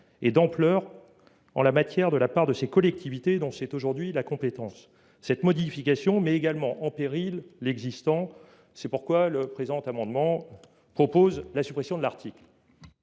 et d’ampleur en la matière de la part de ces collectivités, qui exercent aujourd’hui cette compétence. Cette modification met également en péril l’existant. C’est pourquoi le présent amendement tend à supprimer l’article